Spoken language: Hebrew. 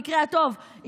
במקרה הטוב,